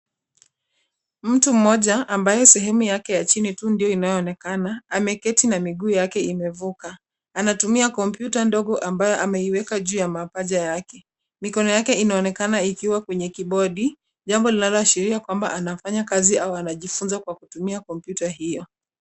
Mtu mmoja ambaye sehemu ya chini tu ndio inayoonekana ameketi na miguu yake imevuka. Anatumia kompyuta ndogo ambayo ameiweka juu ya mapaja yake. Mikono yake inaonekana ikiwa kwenye kibodi. Jambo linaloashiria kwamba anafanya kazi au anajifunza kwa kutumia kompyuta hiyo.